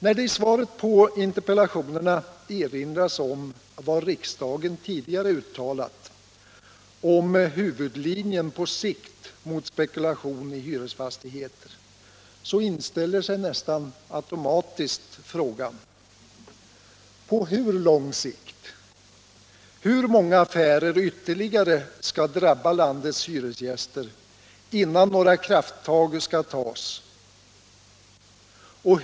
När det i svaret på interpellationerna erinras om vad riksdagen tidigare uttalat om huvudlinjen på sikt mot spekulation i hyresfastigheter inställer sig nästan automatiskt frågorna: På hur lång sikt? Hur många affärer ytterligare skall drabba landets hyresgäster innan några krafttag tas?